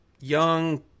young